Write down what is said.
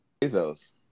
Bezos